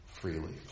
freely